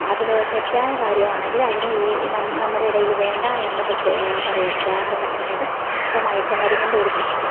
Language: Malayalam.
അതിന് തെറ്റായ കാര്യമാണെങ്കിൽ അതിന് ഈ നമ്മുടെ ഇടയില് വേണ്ട എന്ന് പറയാൻ ഉദാഹരണത്തിനായിട്ട് ഇപ്പം മയക്ക് മരുന്നിൻ്റെ ഒരു പ്രശ്നം